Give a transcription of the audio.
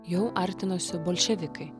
jau artinosi bolševikai